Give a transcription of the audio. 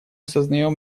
сознаем